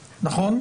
נכון?